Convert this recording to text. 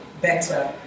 better